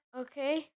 okay